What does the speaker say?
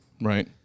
right